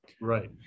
Right